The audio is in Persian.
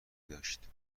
داشت